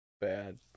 bad